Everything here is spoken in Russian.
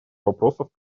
вопросов